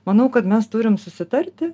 manau kad mes turim susitarti